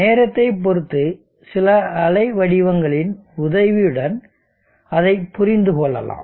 நேரத்தைப் பொறுத்து சில அலைவடிவங்களின் உதவியுடன் அதைப் புரிந்து கொள்ளலாம்